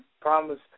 promise